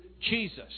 Jesus